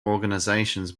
organizations